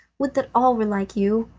would that all were like you!